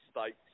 States